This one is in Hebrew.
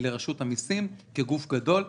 לרשות המסים, כגוף גדול.